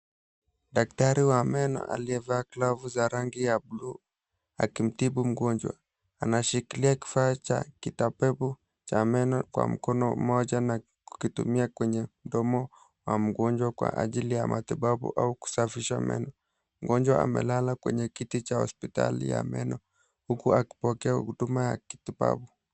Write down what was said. Daktari wa meno aliyevaa glavu za rangi ya buluu akimtibu mgonjwa. Anashikilia kifaa cha kitabibu cha meno kwa mkono mmoja na kukitumia kwenye mdomo wa mgonjwa kwa ajili ya matibabu au kusafisha meno. Mgonjwa amelala kwenye kiti cha hospitali ya meno huku akipokea huduma ya kitabibu.